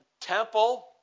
temple